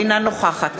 אינה נוכחת